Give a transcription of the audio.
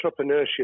entrepreneurship